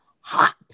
hot